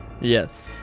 Yes